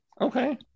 Okay